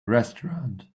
restaurant